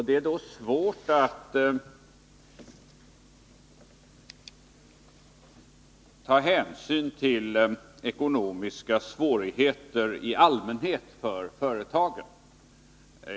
Det är då svårt att ta hänsyn till ekonomiska svårigheter i allmänhet för företagen.